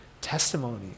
testimony